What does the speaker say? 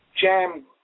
jam